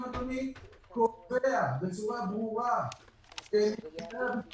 הוא קובע שעל מנת